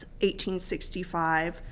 1865